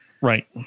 Right